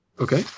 Okay